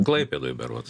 klaipėdoj berods